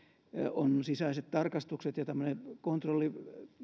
on sisäiset tarkastukset ja tämmönen kontrolli